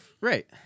right